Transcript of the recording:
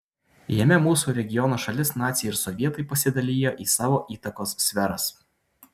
jame mūsų regiono šalis naciai ir sovietai pasidalijo į savo įtakos sferas